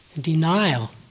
denial